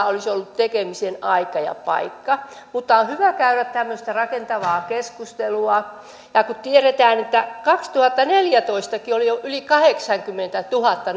olisi ollut tekemisen aika ja paikka mutta on hyvä käydä tämmöistä rakentavaa keskustelua ja kun tiedetään että vuonna kaksituhattaneljätoistakin oli jo yli kahdeksankymmentätuhatta